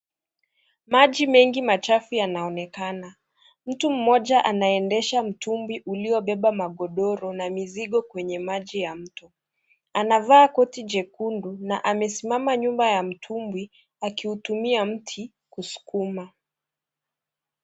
Maji mengi machafu yanaonekana . Mtu mmoja anaendesha mtumbwi uliobeba magodoro na mizigo kwenye maji ya mto . Anavaa koti jekundu na amesimama nyuma ya mtumbwi akiutumia mti kuskuma.